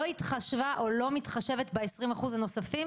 התחשבה או לא מתחשבת ב-20% הנוספים",